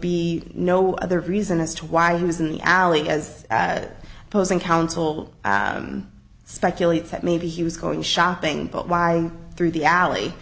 be no other reason as to why he was in the alley as opposing counsel speculates that maybe he was going shopping but why through the alley